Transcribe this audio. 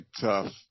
tough